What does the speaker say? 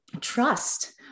trust